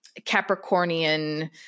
Capricornian